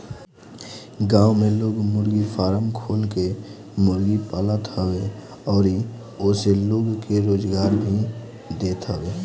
गांव में लोग मुर्गी फारम खोल के मुर्गी पालत हवे अउरी ओसे लोग के रोजगार भी देत हवे